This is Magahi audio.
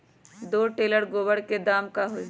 दो टेलर गोबर के दाम का होई?